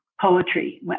poetry